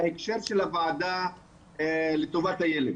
בהקשר של הוועדה לטובת הילד,